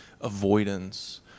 avoidance